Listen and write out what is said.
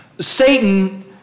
Satan